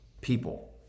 people